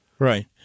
Right